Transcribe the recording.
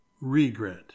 regret